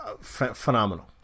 phenomenal